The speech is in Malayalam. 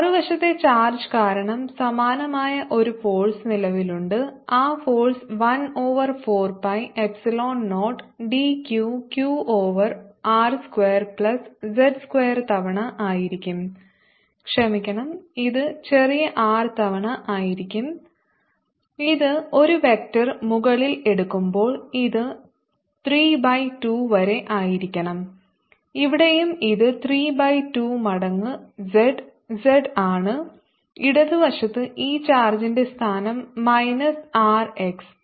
dF14π0qdzr2z232zz rx മറുവശത്തെ ചാർജ് കാരണം സമാനമായ ഒരു ഫോഴ്സ് നിലവിലുണ്ട് ആ force 1 over 4 pi epsilon 0 q d q over r square plus z square തവണ ആയിരിക്കും ക്ഷമിക്കണം ഇത് ചെറിയ r തവണ ആയിരിക്കണം ഇത് ഒരു വെക്റ്റർ മുകളിൽ എടുക്കുമ്പോൾ ഇത് 3 ബൈ 2 വരെ ആയിരിക്കണം ഇവിടെയും ഇത് 3 ബൈ 2 മടങ്ങ് z z ആണ് ഇടത് വശത്ത് ഈ ചാർജിന്റെ സ്ഥാനം മൈനസ് r x